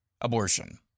abortion